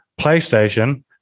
PlayStation